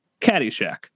Caddyshack